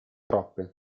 troppe